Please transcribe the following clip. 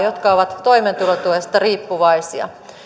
jotka ovat toimeentulotuesta riippuvaisia